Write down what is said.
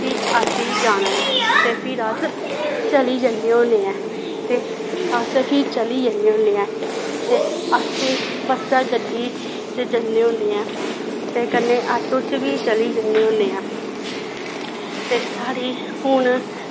ते असें गी जाना ऐ ते फिर अस चली जन्ने होन्ने आं ते अस फ्ही चली जन्ने होन्ने आं ते अस बस्सा गड्डी च जन्ने होन्ने आं ते कन्नै आटो च बी चली जन्ने होन्ने आं ते साढ़ी हून